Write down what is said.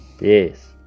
Yes